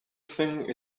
thing